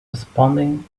responding